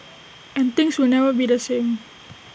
and things will never be the same